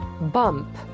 Bump